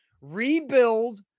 rebuild